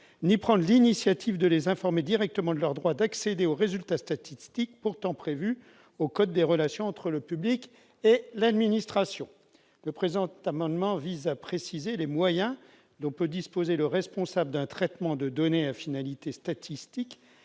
ni prendre l'initiative de les informer directement de leurs droits d'accéder aux résultats statistiques pourtant prévue au Code des relations entre le public et l'administration le présent amendement vise à préciser les moyens dont peut disposer le responsable d'un traitement de données à finalité statistique